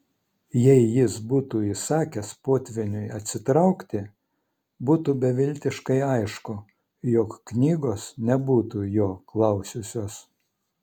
jei jis būtų įsakęs potvyniui atsitraukti būtų beviltiškai aišku jog knygos nebūtų jo klausiusios